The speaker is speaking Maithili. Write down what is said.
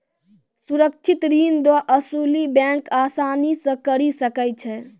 सुरक्षित ऋण रो असुली बैंक आसानी से करी सकै छै